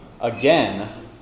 again